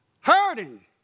hurting